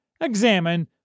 examine